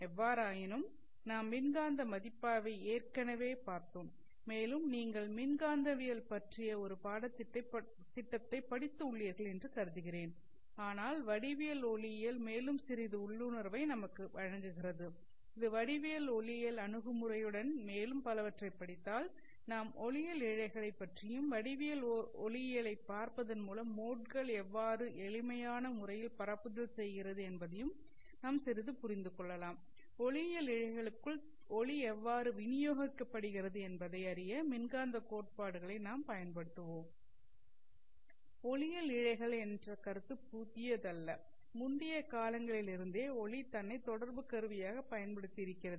எவ்வாறாயினும் நாம் மின்காந்த மதிப்பாய்வைப் ஏற்கனவே பார்த்தோம் மேலும் நீங்கள் மின்காந்தவியல் பற்றிய ஒரு பாடத்திட்டத்தைபடித்து உள்ளீர்கள் என்று கருதுகிறேன் ஆனால் வடிவியல் ஒளியியல் மேலும் சிறிது உள்ளுணர்வை நமக்கு வழங்குகிறது இது வடிவியல் ஒளியியல் அணுகுமுறையுடன் மேலும் பலவற்றைப் படித்தால் நாம் ஒளியியல் இழைகளை பற்றியும் வடிவியல் ஒளியியலைப் பார்ப்பதன் மூலம் மோட்கள் எவ்வாறு எளிமையான முறையில் பரப்புதல் செய்கிறது என்பதையும் நாம் சிறிது புரிந்துகொள்வோம் ஒளியியல் இழைகளுக்குள் ஒளி எவ்வாறு விநியோகிக்கப்படுகிறது என்பதை அறிய மின்காந்த கோட்பாடுகளை நாம் பயன்படுத்துவோம் ஒளியியல் இழைகள் என்ற கருத்து புதியதல்ல முந்தைய காலங்களிலிருந்தே ஒளி தன்னை தொடர்பு கருவியாகப் பயன்படுத்தி இருக்கிறது